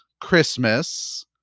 Christmas